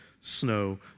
snow